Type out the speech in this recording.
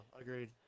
agreed